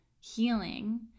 healing